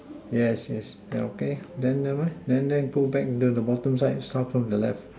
yes yes then okay then never mind then then go back the bottom of the side then starts on the left